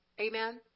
Amen